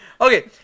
Okay